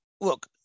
look